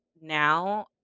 now